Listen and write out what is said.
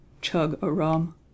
Chug-a-rum